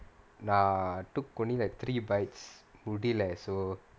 took only like three bites முடில:mudila leh so